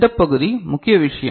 இந்த பகுதி முக்கிய விஷயம்